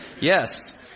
yes